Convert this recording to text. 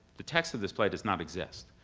the text of this play does not exist,